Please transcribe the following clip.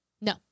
No